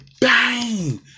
Bang